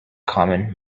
common